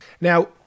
Now